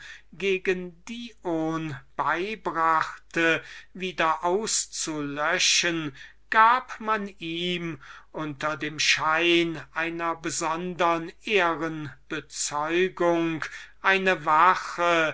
gegen den dion beigebracht worden waren wieder auszulöschen wurde ihm unter dem schein einer besondern ehrenbezeugung eine wache